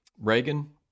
Reagan